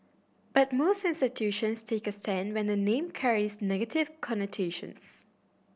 but most institutions take a stand when the name carries negative connotations